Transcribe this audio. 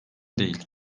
değil